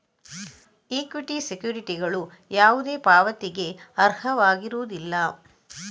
equity ಸೆಕ್ಯುರಿಟಿಗಳು ಯಾವುದೇ ಪಾವತಿಗೆ ಅರ್ಹವಾಗಿರುವುದಿಲ್ಲ